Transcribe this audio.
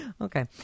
Okay